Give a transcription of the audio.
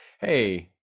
hey